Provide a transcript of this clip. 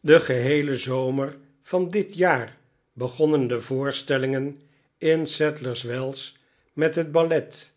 den geheelen zomer van dit jaar begonnen de vcorstellingen in sadlers wells met het ballet